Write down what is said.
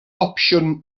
opsiwn